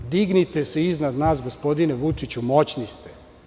Dignite se iznad nas, gospodine Vučiću, moćni ste.